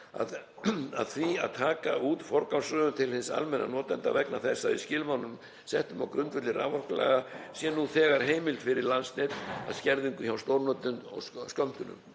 eðlis að taka út forgangsröðun til hins almenna notanda vegna þess að í skilmálunum settum á grundvelli raforkulaga sé nú þegar heimild fyrir Landsnet um skerðingu hjá stórnotendum og skömmtunum.